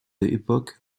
époque